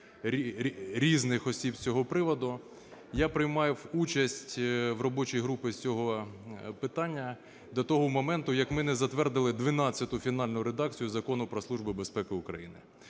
різних осіб з цього приводу, я приймав участь робочої групи з цього питання до того моменту, як ми не затвердили дванадцяту фінальну редакцію Закону "Про Службу безпеки України".